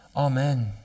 Amen